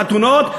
לחתונות,